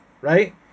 right